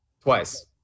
twice